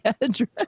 address